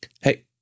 Hey